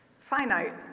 Finite